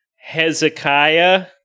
Hezekiah